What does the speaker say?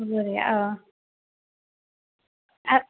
অ